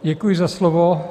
Děkuji za slovo.